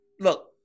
Look